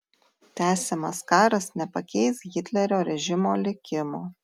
tęsiamas karas nepakeis hitlerio režimo likimo